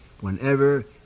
whenever